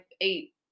eight